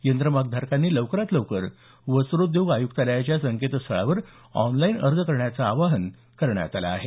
यंत्रमागधारकांनी लवकरात लवकर वस्त्रोद्योग आयुक्तालयाच्या संकेतस्थळावर ऑनलाईन अर्ज करण्याचं आवाहन करण्यात आलं आहे